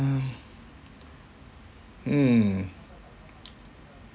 uh hmm